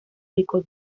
rico